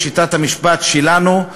בשיטת המשפט שלנו,